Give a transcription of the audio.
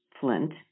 Flint